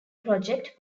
project